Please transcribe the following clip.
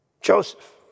Joseph